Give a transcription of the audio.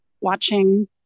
watching